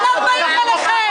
הם לא באים אליכן,